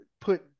put